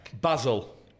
Basil